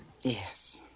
Yes